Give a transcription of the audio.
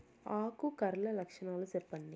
ఆకు కర్ల లక్షణాలు సెప్పండి